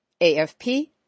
AFP